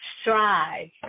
strive